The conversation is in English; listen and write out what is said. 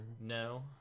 No